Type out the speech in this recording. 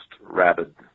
rabid